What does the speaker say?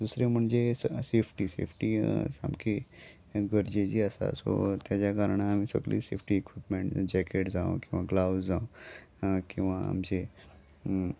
दुसरें म्हणजे safety safety सामकी गरजेची आसा सो तेज्या कारणान आमी सगळी सेफ्टी इक्विपमँट जॅकेट जावं किंवा ग्लवज जांव किंवा आमचे